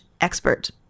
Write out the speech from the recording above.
expert